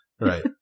Right